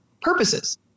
purposes